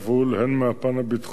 הן מהפן הביטחוני,